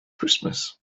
christmas